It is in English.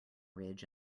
ridge